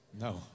No